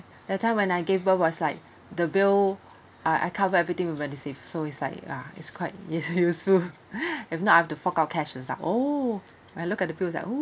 that time when I gave birth was like the bill I I cover everything with medisave so it's like ah it's quite it's useful if not I have to fork out cash is that oh when I look at the bills it's like oh